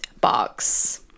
box